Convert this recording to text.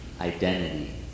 identity